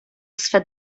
swe